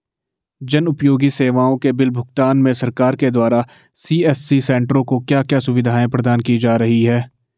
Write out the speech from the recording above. जन उपयोगी सेवाओं के बिल भुगतान में सरकार के द्वारा सी.एस.सी सेंट्रो को क्या क्या सुविधाएं प्रदान की जा रही हैं?